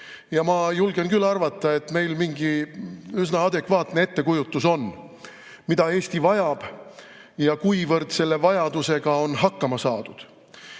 Ja ma julgen küll arvata, et meil mingi üsna adekvaatne ettekujutus on, mida Eesti vajab ja kuivõrd selle vajadusega on hakkama saadud. Miks